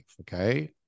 Okay